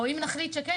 או אם נחליט שכן,